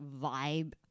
vibe